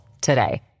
today